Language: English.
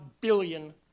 billion